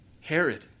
Herod